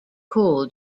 cool